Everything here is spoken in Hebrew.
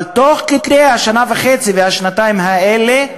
אבל תוך כדי השנה וחצי, השנתיים האלה,